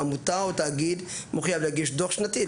עמותה או תאגיד מחויב להגיש דוח שנתי,